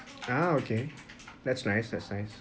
ah okay that's nice that's nice